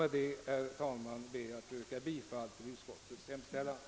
Med det anförda ber jag att få yrka bifall till utskottets hemställan.